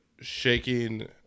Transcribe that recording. shaking